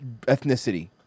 ethnicity